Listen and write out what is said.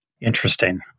Interesting